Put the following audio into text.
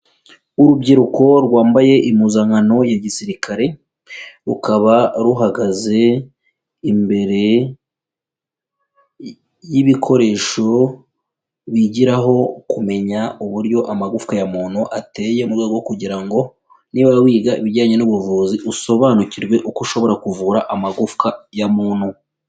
Urubyiruko rwambaye impuzankano ya gisirikare, rukaba ruhagaze imbere y'ibikoresho bigiraho kumenya uburyo amagufwa ya muntu ateye, mu rwego rwo kugira ngo niba wiga ibijyanye n'ubuvuzi usobanukirwe uko ushobora kuvura amagufwa ya muntu.